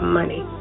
money